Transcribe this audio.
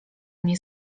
mnie